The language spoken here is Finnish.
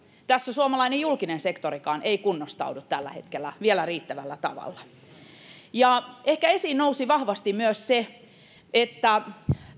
tässä suomalainen julkinen sektorikaan ei kunnostaudu tällä hetkellä vielä riittävällä tavalla ehkä esiin nousi vahvasti myös se että